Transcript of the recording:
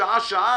שעה-שעה,